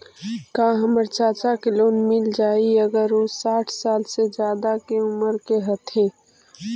का हमर चाचा के लोन मिल जाई अगर उ साठ साल से ज्यादा के उमर के हथी?